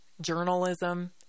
journalism